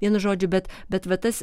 vienu žodžiu bet bet va tas